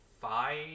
five